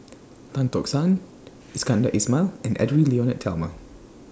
Tan Tock San Iskandar Ismail and Edwy Lyonet Talma